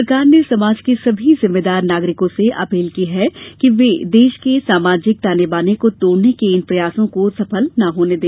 सरकार ने समाज के सभी जिम्मेदार नागरिकों से अपील की है कि वे देश के सामाजिक ताने बाने को तोड़ने के इन प्रयासों को सफल न होने दें